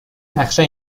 نقشه